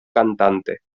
cantante